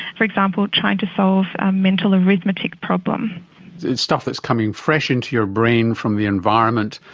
for example, trying to solve ah mental arithmetic problems. it's stuff that's coming fresh into your brain from the environment,